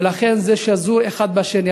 ולכן זה שזור אחד בשני.